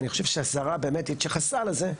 ואני חושב שהשרה באמת התייחסה לזה,